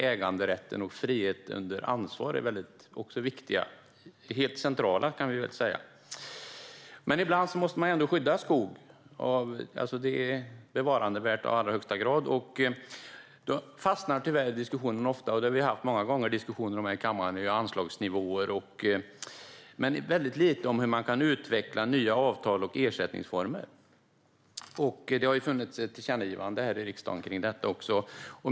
Äganderätt och frihet under ansvar är också viktiga och helt centrala begrepp. Ibland måste man skydda skog. Det finns skog som i allra högsta grad är värd att bevara. Men då fastnar tyvärr diskussionen ofta i anslagsnivåer. Så har det varit många gånger här i kammaren. Det har varit väldigt lite diskussion om hur man kan utveckla nya avtal och ersättningsformer. Det har dock gjorts ett tillkännagivande här i riksdagen om detta.